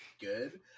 good